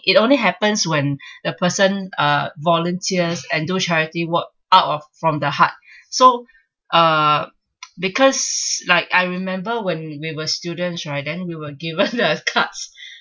it only happens when the person uh volunteers and do charity work out of from the heart so uh because like I remember when we were students right then we were given uh cards